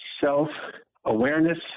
self-awareness